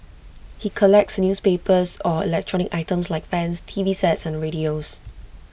he collects newspapers or electronic items like fans T V sets and radios